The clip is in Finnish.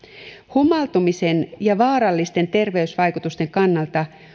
humaltumisen ja vaarallisten terveysvaikutusten kannalta